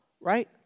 right